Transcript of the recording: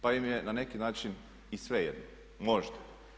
Pa im je na neki način i svejedno, možda.